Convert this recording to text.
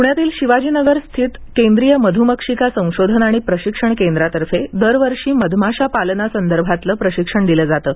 प्ण्यातील शिवाजीनगर स्थित केंद्रीय मध्मक्षिका संशोधन आणि प्रक्षिक्षण केंद्रातर्फे दरवर्षी मधमाशा पालनासंदर्भातले प्रशिक्षण दिलं जातं